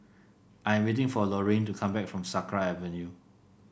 I am waiting for Lorayne to come back from Sakra Avenue